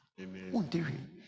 Amen